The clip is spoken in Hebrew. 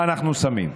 אנחנו שמים.